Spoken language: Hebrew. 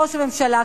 ראש הממשלה,